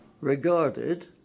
regarded